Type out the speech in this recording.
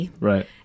right